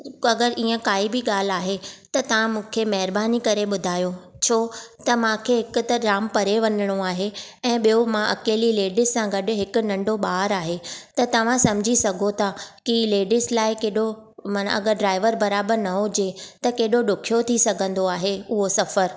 अगरि इएं काई बि गा॒ल्हि आहे त तव्हां मूंखे महिरबानी करे बु॒धायो छो त मूंखे हिकु त जामु परे वञिणो आहे ऐं बि॒यो मां अकेली लेडीस सां गडु॒ हिकु नंढो बा॒रु आहे त तव्हां समुझी सघो था की लेडिस लाइ कहिडो॒ अगरि ड्राइवर बराबरि न हुजे त केडो॒ डु॒खियो थी सघंदो आहे उहो सफ़र